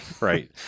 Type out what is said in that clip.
right